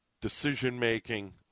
decision-making